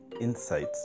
insights